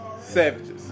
savages